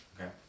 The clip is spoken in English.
Okay